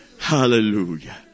Hallelujah